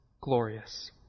glorious